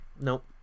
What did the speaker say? Nope